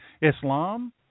Islam